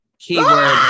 Keyword